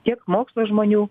tiek mokslo žmonių